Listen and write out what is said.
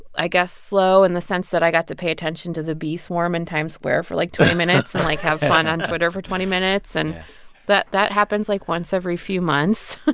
i guess, slow in the sense that i got to pay attention to the bee swarm in times square for, like, twenty minutes and, like, have fun on twitter for twenty minutes. and that that happens, like, once every few months,